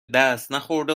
دستنخورده